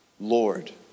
Lord